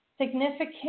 Significant